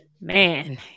Man